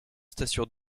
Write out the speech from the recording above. stations